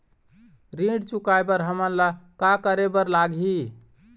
ऋण चुकाए बर हमन ला का करे बर लगही?